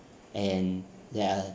and there are